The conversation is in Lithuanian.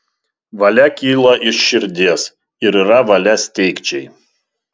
valia kyla iš širdies ir yra valia steigčiai